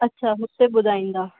अच्छा हुते ॿुधाईंदा